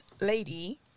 Lady